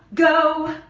go.